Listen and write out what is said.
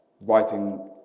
writing